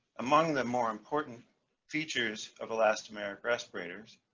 among the more important features of elastomeric respirators,